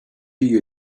you